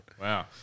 Wow